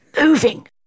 moving